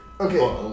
Okay